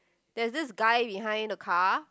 there's this guy behind the car